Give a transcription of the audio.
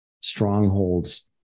strongholds